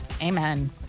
Amen